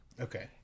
Okay